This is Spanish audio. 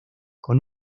con